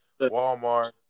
Walmart